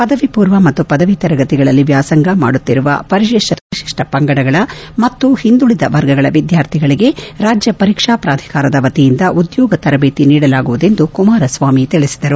ಪದವಿ ಪೂರ್ವ ಮತ್ತು ಪದವಿ ತರಗತಿಗಳಲ್ಲಿ ವ್ಯಾಸಂಗ ಮಾಡುತ್ತಿರುವ ಪರಿಶಿಷ್ವ ಜಾತಿ ಮತ್ತು ಪರಿಶಿಷ್ವ ಪಂಗಡಗಳ ಮತ್ತು ಹಿಂದುಳಿದ ವರ್ಗಗಳ ವಿದ್ಯಾರ್ಥಿಗಳಿಗೆ ರಾಜ್ಯ ಪರೀಕ್ಷಾ ಪ್ರಾಧಿಕಾರದ ವತಿಯಿಂದ ಉದ್ಯೋಗ ತರಬೇತಿ ನೀಡಲಾಗುವುದು ಎಂದು ಕುಮಾರಸ್ವಾಮಿ ತಿಳಿಸಿದರು